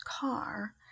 car